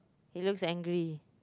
it looks angry